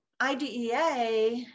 IDEA